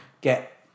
get